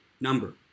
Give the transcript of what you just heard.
number